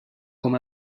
com